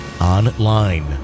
Online